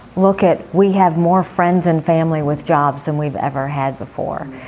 look at we have more friends and family with jobs than we've ever had before.